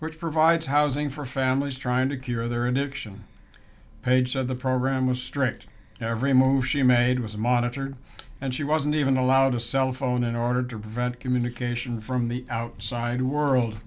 which provides housing for families trying to cure their addiction page said the program was strict every move she made was monitored and she wasn't even allowed a cell phone in order to prevent communication from the outside world